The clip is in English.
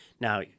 Now